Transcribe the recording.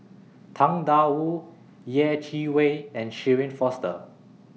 Tang DA Wu Yeh Chi Wei and Shirin Fozdar